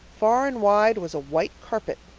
far and wide was a white carpet,